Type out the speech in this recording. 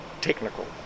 technical